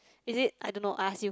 is it I don't know I ask you